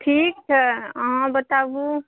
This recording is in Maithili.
ठीक छै अहाँ बताबु